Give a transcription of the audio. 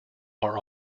are